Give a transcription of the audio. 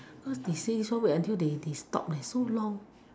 cause they say so wait until they stop leh so long